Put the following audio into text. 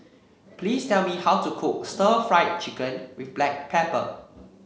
please tell me how to cook Stir Fried Chicken with Black Pepper